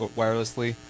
wirelessly